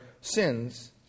sins